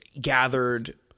gathered